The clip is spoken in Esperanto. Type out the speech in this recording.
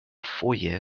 foje